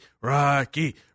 Rocky